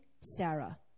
Sarah